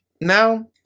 now